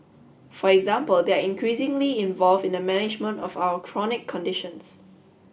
for example they are increasingly involved in the management of our chronic conditions